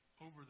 over